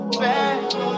back